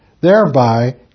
thereby